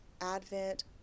Advent